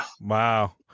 Wow